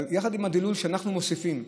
אבל יחד עם הדילול שאנחנו מוסיפים,